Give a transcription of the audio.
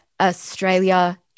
Australia